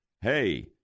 hey